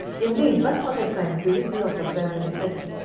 indeed, but for the tranquility of the present setting,